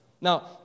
Now